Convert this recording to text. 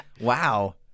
Wow